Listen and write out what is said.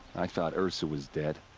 i thought ersa was dead.